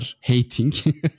hating